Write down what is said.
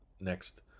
next